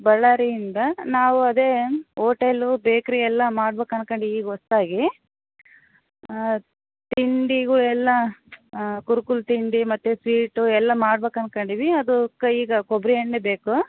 ಬಳ್ಳಾರಿಯಿಂದ ನಾವು ಅದೇ hotel bakery ಎಲ್ಲ ಮಾಡ್ಬೇಕಂದ್ಕಂಡಿದ್ದೀವಿ ಹೊಸದಾಗಿ ತಿಂಡಿಗು ಎಲ್ಲ ಕುರುಕುಲು ತಿಂಡಿ ಮತ್ತು ಸ್ವೀಟ್ ಎಲ್ಲ ಮಾಡ್ಬೇಕಂದ್ಕಂಡಿದ್ದೀವಿ ಅದಕ್ಕೆ ಈಗ ಕೊಬ್ಬರಿ ಎಣ್ಣೆ ಬೇಕು